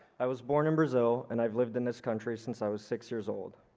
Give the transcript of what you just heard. i was born in brazil, and i've lived in this country since i was six years old.